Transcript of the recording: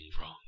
wrong